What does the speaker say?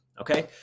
okay